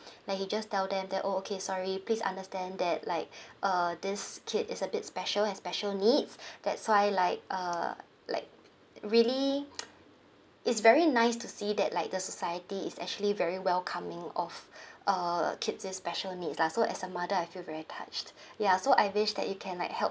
like he just tell them that oh okay sorry please understand that like err this kid is a bit special has special needs that's why like err like really it's very nice to see that like the society is actually very welcoming of err kids with special needs lah so as a mother I feel very touched ya so I wish that you can like help